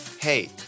hey